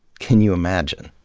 can you imagine